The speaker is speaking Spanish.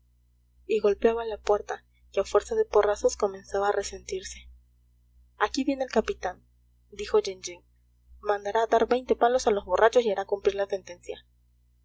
y golpeaba la puerta que a fuerza de porrazos comenzaba a resentirse aquí viene el capitán dijo jean jean mandará dar veinte palos a los borrachos y hará cumplir la sentencia